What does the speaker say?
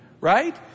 right